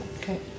Okay